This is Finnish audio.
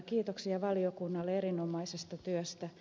kiitoksia valiokunnalle erinomaisesta työstä